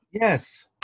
Yes